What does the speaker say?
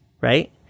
right